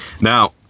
Now